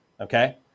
okay